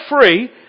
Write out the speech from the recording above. free